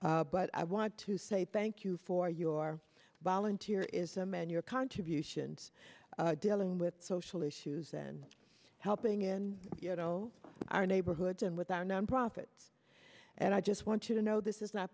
council but i want to say thank you for your volunteer is a man your contributions dealing with social issues and helping in you know our neighborhoods and with our nonprofits and i just want you to know this is not